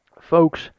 folks